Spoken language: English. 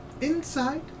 Inside